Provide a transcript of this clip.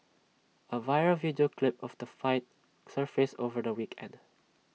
A viral video clip of the fight surfaced over the weekend